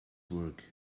work